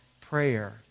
prayer